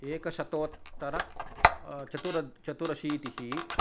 एकशत्तोतर चतुर चतुरशीतिः